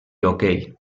hoquei